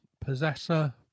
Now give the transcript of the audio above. Possessor